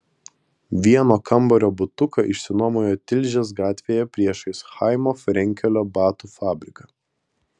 vieno kambario butuką išsinuomojo tilžės gatvėje priešais chaimo frenkelio batų fabriką